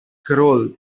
carroll